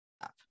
up